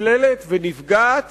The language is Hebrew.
נשללת ונפגעת